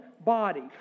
body